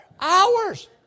Hours